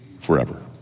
forever